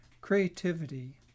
Creativity